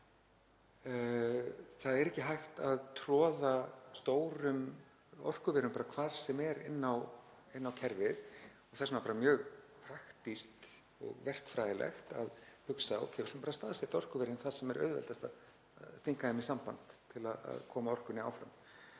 það er ekki hægt að troða stórum orkuverum hvar sem er inn á kerfið. Þess vegna er það mjög praktískt og verkfræðilegt að hugsa og kjósa bara að staðsetja orkuverin þar sem auðveldast er að stinga þeim í samband til að koma orkunni áfram.